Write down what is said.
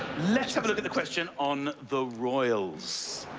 let's have a look at the question on the royals.